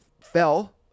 fell